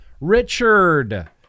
Richard